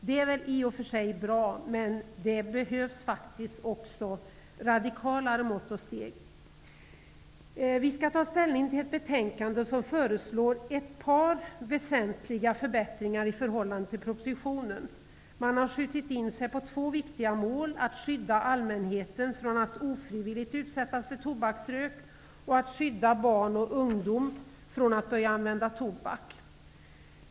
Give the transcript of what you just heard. Det är väl i och för sig bra, men det behövs radikalare mått och steg. Vi skall ta ställning till ett betänkande där man föreslår ett par mycket väsentliga förbättringar i förhållande till propositionen. Man har skjutit in sig på två viktiga mål: att skydda allmänheten från att ofrivilligt utsättas för tobaksrök och att skydda barn och ungdom från att börja använda tobak.